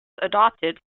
adopted